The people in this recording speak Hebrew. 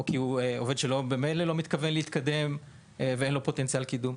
או כי זה עובד שממילא לא מתכוון להתקדם או שאין לו פוטנציאל קידום.